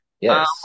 Yes